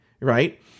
right